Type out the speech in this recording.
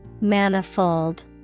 Manifold